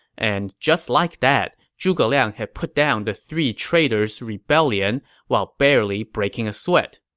and just like that, zhuge liang had put down the three traitors' rebellion while barely breaking a sweat.